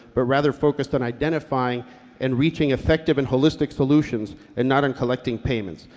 but rather focused on identifying and reaching effective and holistic solutions and not on collecting payments.